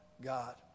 God